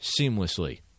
seamlessly